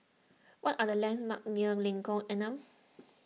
what are the landmarks near Lengkok Enam